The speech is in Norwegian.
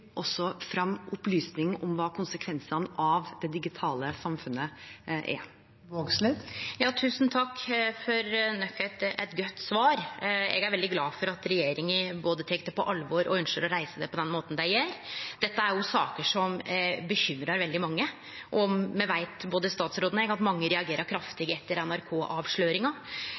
om hva konsekvensene av det digitale samfunnet er. Tusen takk for endå eit godt svar. Eg er veldig glad for at regjeringa både tek det på alvor og ønskjer å reise problemet på den måten dei gjer. Dette er jo saker som bekymrar veldig mange, og me veit, både statsråden og eg, at mange reagerte kraftig etter